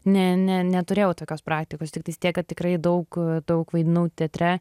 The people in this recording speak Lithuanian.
ne ne neturėjau tokios praktikos tiktais tiek kad tikrai daug daug vaidinau teatre